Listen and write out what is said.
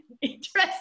interesting